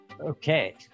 Okay